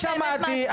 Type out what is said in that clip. אני שמעתי,